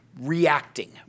reacting